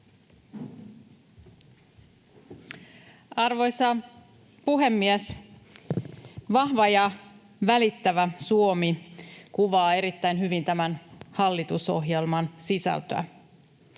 Arvoisa puhemies! Vahva ja välittävä Suomi kuvaa erittäin hyvin tämän hallitusohjelman sisältöä.